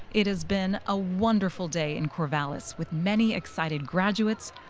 it has been a wonderful day in corvallis with many excited graduates,